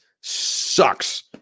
sucks